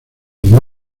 mudó